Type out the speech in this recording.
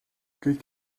kõik